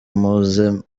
muze